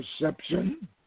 Perception